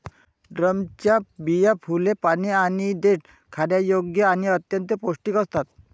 ड्रमच्या बिया, फुले, पाने आणि देठ खाण्यायोग्य आणि अत्यंत पौष्टिक असतात